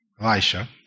Elisha